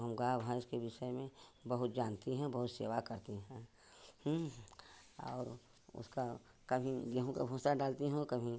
हम गाई भैंस के विषय में बहुत जानती हैं बहुत सेवा करती हैं और उसका कभी गेहूँ का भूसा डालती हूँ कभी